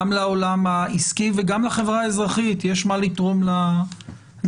גם לעולם העסקי וגם לחברה האזרחית יש מה לתרום לדיון.